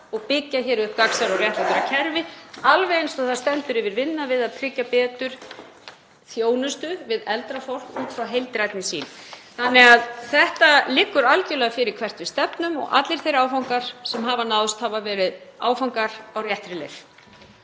og byggja upp gagnsærra og réttlátara kerfi, alveg eins og það stendur yfir vinna við að tryggja betur þjónustu við eldra fólk út frá heildrænni sýn. Það liggur því algerlega fyrir hvert við stefnum og allir þeir áfangar sem hafa náðst hafa verið áfangar á réttri leið.